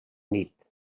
nit